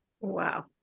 Wow